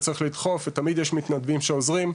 צריך לדחוף ותמיד יש מתנדבים שעוזרים,